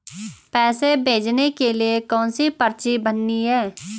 पैसे भेजने के लिए कौनसी पर्ची भरनी है?